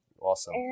Awesome